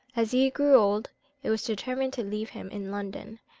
as he grew old it was determined to leave him in london.